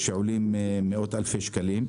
שעולים מאות אלפי שקלים.